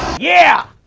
yeah!